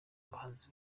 abahanzi